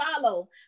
follow